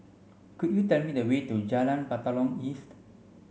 could you tell me the way to Jalan Batalong East